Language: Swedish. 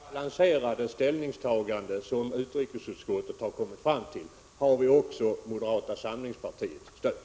Herr talman! Låt mig bara kort konstatera att i det balanserade ställningstagande som utrikesutskottet har kommit fram till har vi också moderata samlingspartiets stöd.